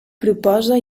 proposa